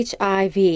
HIV